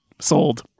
sold